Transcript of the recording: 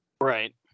right